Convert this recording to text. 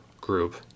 group